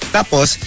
Tapos